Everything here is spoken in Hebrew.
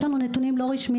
יש לנו נתונים לא רשמיים,